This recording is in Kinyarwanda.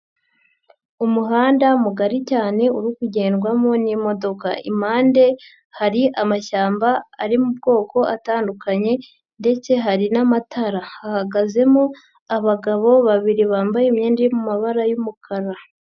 Umuhanda mugari cyane uri kugendwamo n'imodoka. Impande hari amashyamba ari mu bwoko atandukanye ndetse hari n'amatara. Hahagazemo abagabo babiri bambaye imyenda iri mu mabara y'umukara.